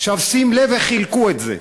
עכשיו, שים לב איך חילקו את זה,